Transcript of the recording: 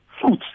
fruits